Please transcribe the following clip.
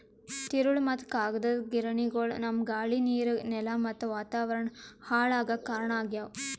ತಿರುಳ್ ಮತ್ತ್ ಕಾಗದದ್ ಗಿರಣಿಗೊಳು ನಮ್ಮ್ ಗಾಳಿ ನೀರ್ ನೆಲಾ ಮತ್ತ್ ವಾತಾವರಣ್ ಹಾಳ್ ಆಗಾಕ್ ಕಾರಣ್ ಆಗ್ಯವು